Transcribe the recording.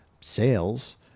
sales